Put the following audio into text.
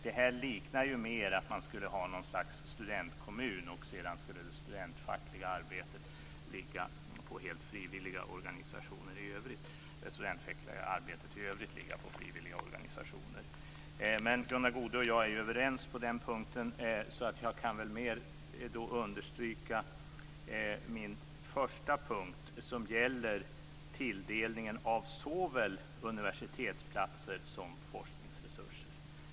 Det liknar ju mer att man skulle ha något slags studentkommun, och sedan skulle det studentfackliga arbetet i övrigt ligga på frivilliga organisationer. Gunnar Goude och jag är överens på den här punkten. Därför kan jag mer understryka min första punkt som gäller tilldelningen av såväl universitetsplatser som forskningsresurser.